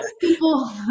people